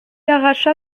arracha